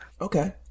Okay